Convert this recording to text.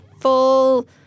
full